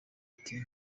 ati